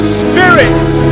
spirits